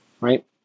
right